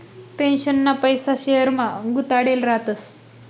पेन्शनना पैसा शेयरमा गुताडेल रातस